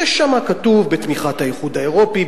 כתוב שם: בתמיכת האיחוד האירופי,